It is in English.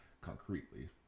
concretely